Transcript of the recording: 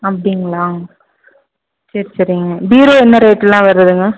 அப்படிங்களா சேரி சரிங்க பீரோ என்ன ரேட்டுலாம் வருதுங்க